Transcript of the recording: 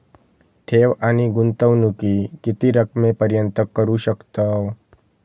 ठेव आणि गुंतवणूकी किती रकमेपर्यंत करू शकतव?